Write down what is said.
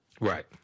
Right